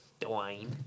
Dwayne